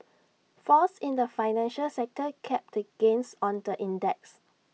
falls in the financial sector capped the gains on the index